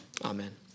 amen